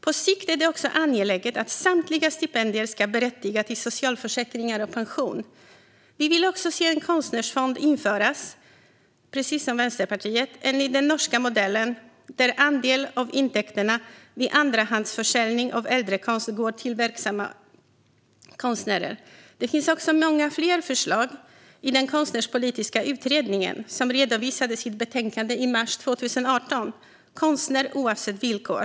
På sikt är det också angeläget att samtliga stipendier berättigar till socialförsäkringar och pension. Vi vill också, precis som Vänsterpartiet, se en konstnärsfond införas enligt den norska modellen, där en andel av intäkterna vid andrahandsförsäljning av äldre konst går till verksamma konstnärer. Många fler förslag finns i Konstnärspolitiska utredningen, som i mars 2018 redovisade sitt betänkande Konstnär - oavsett villkor?